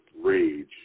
rage